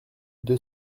deux